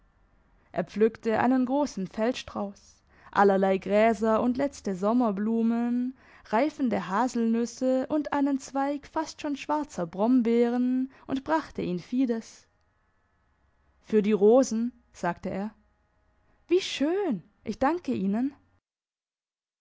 er pflückte einen grossen feldstrauss allerlei gräser und letzte sommerblumen reifende haselnüsse und einen zweig fast schon schwarzer brombeeren und brachte ihn fides für die rosen sagte er wie schön ich danke ihnen